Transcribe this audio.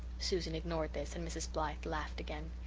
susan ignored this and mrs. blythe laughed again.